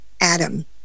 Adam